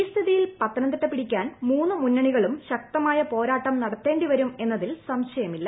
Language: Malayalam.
ഈ സ്ഥിതിയിൽ പത്തനംതിട്ട പിടിക്കാൻ മൂന്ന് മുന്നണികളും ശക്തമായ പോരാട്ടം നടത്തേണ്ടി വരുമെന്നതിൽ സംശയമില്ല